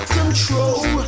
control